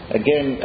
again